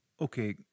okay